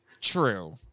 True